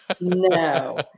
no